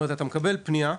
כלומר, כשאתה מקבל פנייה,